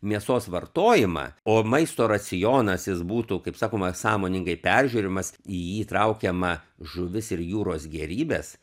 mėsos vartojimą o maisto racionas jis būtų kaip sakoma sąmoningai peržiūrimas į jį traukiama žuvis ir jūros gėrybės